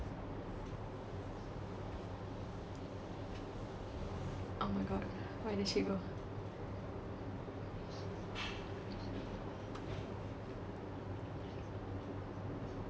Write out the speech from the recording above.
oh my god where did she go